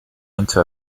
into